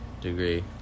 degree